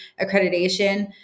accreditation